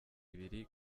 ibiri